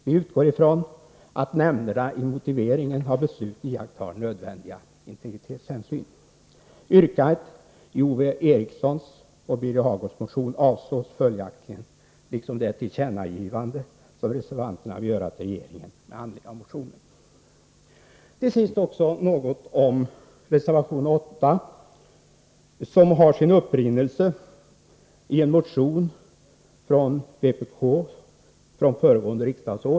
Vi utgår ifrån att nämnderna i motiveringen av beslut iakttar nödvändiga integritetshänsyn. Yrkandet i Ove Erikssons och Birger Hagårds motion avstyrks följaktligen liksom det tillkännagivande som reservanterna vill göra till regeringen med anledning av motionen. Till sist också något om reservation 8, som har sin upprinnelse i en motion från vpk från föregående riksmöte.